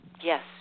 Yes